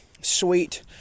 sweet